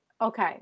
okay